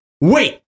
Wait